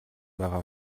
байгаа